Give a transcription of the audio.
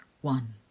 One